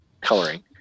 coloring